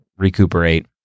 recuperate